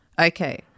Okay